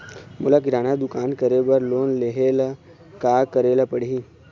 मोला किराना दुकान करे बर लोन लेहेले का करेले पड़ही?